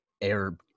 air